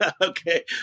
okay